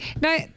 No